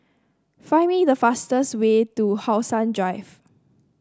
find me the fastest way to How Sun Drive